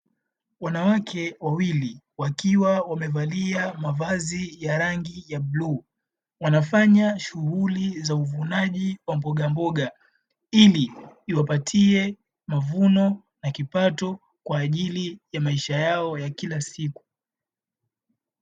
Wanawake wawili, wakiwa wamevalia mavazi ya rangi ya bluu, wanafanya shughuli za uvunaji wa mbogamboga ili iwapatie mavuno na kipato kwa ajili ya maisha yao ya kila siku.